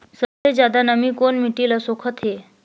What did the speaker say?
सबले ज्यादा नमी कोन मिट्टी ल सोखत हे?